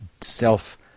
self